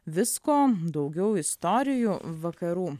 visko daugiau istorijų vakarų